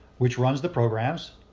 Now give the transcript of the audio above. which runs the programs,